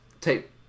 take